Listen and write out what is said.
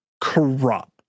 corrupt